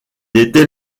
était